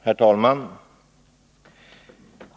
Herr talman!